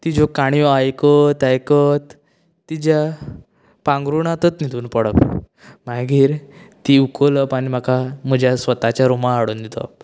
तिच्यो काणयो आयकत आयकत तिच्या पांगरूणातच न्हिदून पडप मागीर ती उखूलप आनी म्हाका म्हज्या स्वताच्या रूमान हाडून न्हिदवप